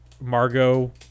Margot